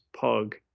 Pug